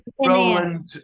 Roland